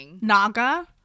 Naga